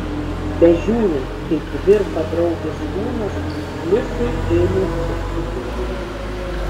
bežiūrint kaip virpa draugės kūnas liusei ėmė sukti vidurius